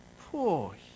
Poor